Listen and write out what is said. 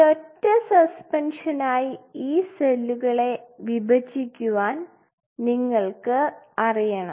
ഒരൊറ്റ സസ്പെൻഷനായി ഈ സെല്ലുകളെ വിഭജിക്കുവാൻ നിങ്ങൾക്ക് അറിയണം